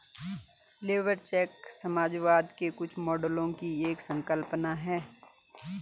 labour check समाजवाद के कुछ मॉडलों की एक संकल्पना है